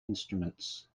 instruments